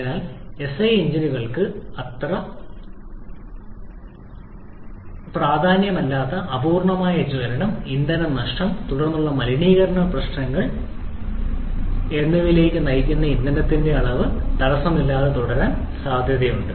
അതിനാൽ എസ്ഐ എഞ്ചിനുകൾക്ക് അത്ര പ്രാധാന്യമില്ലാത്ത അപൂർണ്ണമായ ജ്വലനം ഇന്ധനനഷ്ടം തുടർന്നുള്ള മലിനീകരണ പ്രശ്നങ്ങൾ എന്നിവയിലേക്ക് നയിക്കുന്ന ഇന്ധനത്തിന്റെ അളവ് തടസ്സമില്ലാതെ തുടരാൻ സാധ്യതയുണ്ട്